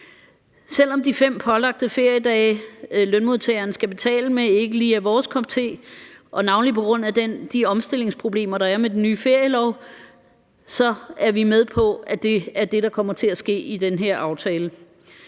Selv om de 5 pålagte feriedage, lønmodtagerne skal betale med, ikke lige er vores kop te – navnlig på grund af de omstillingsproblemer, der er med den nye ferielov – så er vi med på, at det er det, der kommer til at ske i den her aftale.